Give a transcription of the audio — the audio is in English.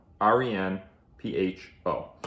R-E-N-P-H-O